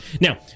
Now